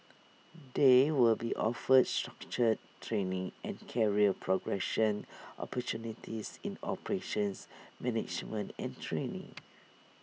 they will be offered structured training and career progression opportunities in operations management and training